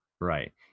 Right